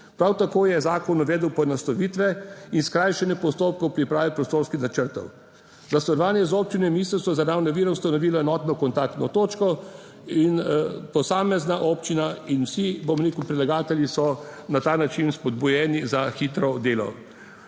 Prav tako je zakon uvedel poenostavitve in skrajšanje postopkov priprave prostorskih načrtov. Za sodelovanje z občino je Ministrstvo za naravne vire ustanovilo enotno kontaktno točko in posamezna občina in vsi, bom rekel predlagatelji so na ta način spodbujeni za hitro delo.